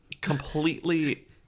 completely